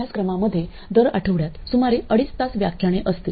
अभ्यासक्रमामध्ये दर आठवड्यात सुमारे अडीच तास व्याख्याने असतील